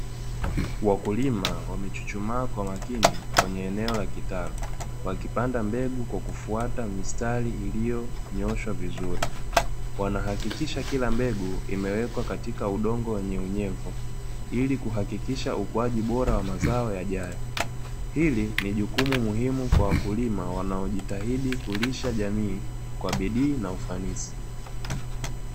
Wakulima wamechuchumaa kwa makini kwenye eneo la kitalu wakipanda mbegu kwa kufuata mistari iliyonyooshwa vizuri, wanahakikisha kila mbegu imewekwa katika udongo wenye unyevu ili kuhakikisha ukuaji bora wa mazao yajayo. Hili ni jukumu muhimu kwa wakulima wanaojitahidi kulisha jamii kwa bidii na ufanisi.